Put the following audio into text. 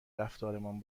رفتارمان